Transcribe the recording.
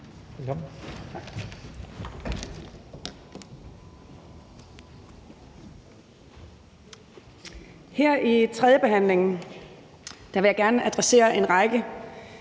ved tredjebehandlingen vil jeg gerne adressere en række